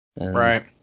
right